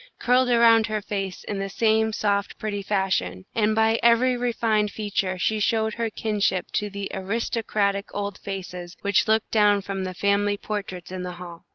curled around her face in the same soft, pretty fashion, and by every refined feature she showed her kinship to the aristocratic old faces which looked down from the family portraits in the hall.